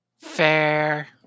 Fair